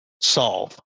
solve